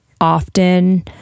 often